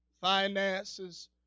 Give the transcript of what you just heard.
finances